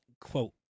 quote